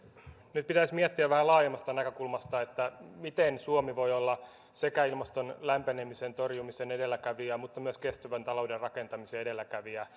nyt pitäisi miettiä vähän laajemmasta näkökulmasta miten suomi voi olla sekä ilmaston lämpenemisen torjumisen edelläkävijä että myös kestävän talouden rakentamisen edelläkävijä